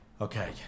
Okay